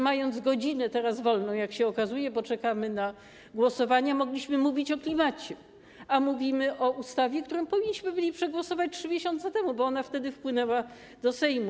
Mając teraz wolną godzinę, jak się okazuje, bo czekamy na głosowania, mogliśmy mówić o klimacie, a mówimy o ustawie, którą powinniśmy byli przegłosować 3 miesiące temu, bo ona wtedy wpłynęła do Sejmu.